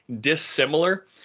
dissimilar